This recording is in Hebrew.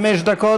חמש דקות,